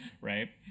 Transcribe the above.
right